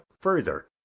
further